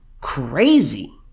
crazy